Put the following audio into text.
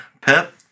Pep